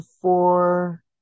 Four